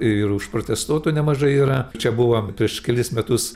ir užprotestuotų nemažai yra čia buvo prieš kelis metus